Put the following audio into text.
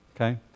Okay